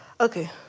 okay